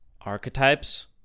archetypes